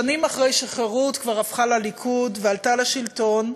שנים אחרי שחרות כבר הפכה לליכוד ועלתה לשלטון,